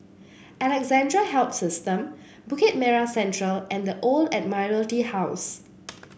Alexandra Health System Bukit Merah Central and The Old Admiralty House